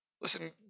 Listen